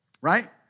Right